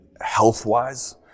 health-wise